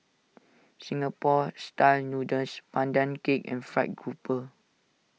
Singapore Style Noodles Pandan Cake and Fried Grouper